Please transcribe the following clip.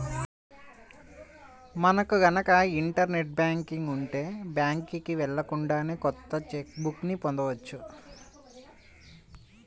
మనకు గనక internet banking ఉంటే బ్యాంకుకి వెళ్ళకుండానే కొత్త చెక్ బుక్ ని పొందవచ్చు